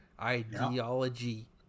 ideology